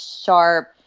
sharp